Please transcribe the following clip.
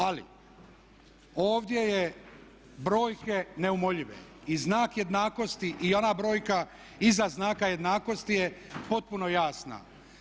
Ali, ovdje je, brojke neumoljive i znak jednakosti i ona brojka iza znaka jednakosti je potpuno jasna.